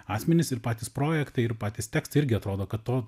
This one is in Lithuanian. asmenis ir patys projektai ir patys tekstai irgi atrodo kad to